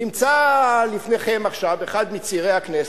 נמצא לפניכם עכשיו אחד מצעירי הכנסת,